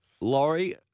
Laurie